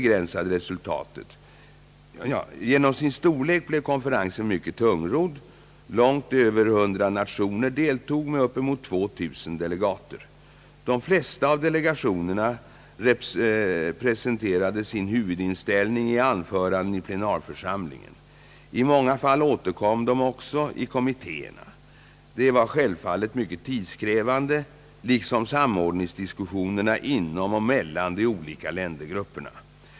Genom sin storlek blev konferensen mycket tungrodd. Långt över hundra nationer deltog med upp emot 2000 delegater. De flesta av delegationerna presenterade sin huvudinställning i anföranden i plenarförsamlingen. I många fall återkom de också i kommittéerna. Det var självfallet mycket tidskrävande, liksom samordningsdiskussionerna inom och mellan de olika ländergrupperna.